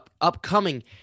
upcoming